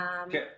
כסף --- חלי,